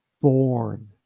born